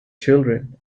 children